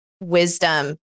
wisdom